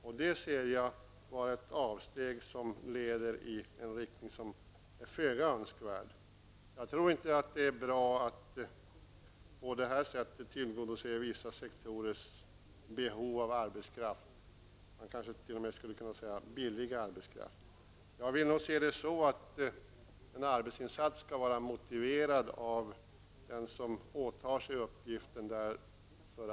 Men det ser jag som ett avsteg, som något som leder i en föga önskvärd riktning. Jag tror inte att det är bra att på det här sättet tillgodose vissa sektorers behov av arbetskraft -- ja, kanske t.o.m. behov av billig arbetskraft. Jag vill nog beträffande en sådan här arbetsinsats att den som åtar sig denna uppgift skall känna sig motiverad.